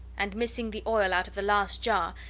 and, missing the oil out of the last jar,